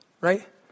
right